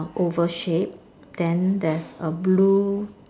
oval shaped then there's a blue